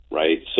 right